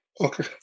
Okay